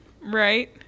right